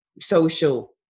social